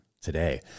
Today